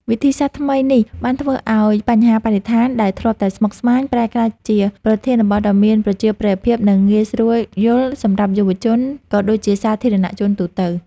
វិធីសាស្ត្រថ្មីនេះបានធ្វើឱ្យបញ្ហាបរិស្ថានដែលធ្លាប់តែស្មុគស្មាញ ប្រែក្លាយជាប្រធានបទដ៏មានប្រជាប្រិយភាព និងងាយស្រួលយល់សម្រាប់យុវជន ក៏ដូចជាសាធារណជនទូទៅ។